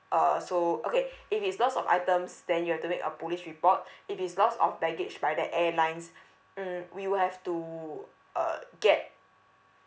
uh so okay if it's loss of items then you have to make a police report if it's loss of baggage right the airlines mm we will have to uh get